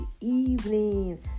evening